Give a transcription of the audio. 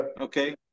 Okay